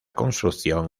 construcción